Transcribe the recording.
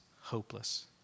hopeless